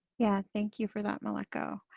yeah. thank you for that meleko.